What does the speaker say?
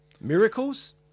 Miracles